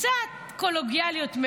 קצת קולגיאליות.